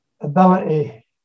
ability